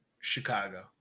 Chicago